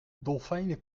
dolfijnen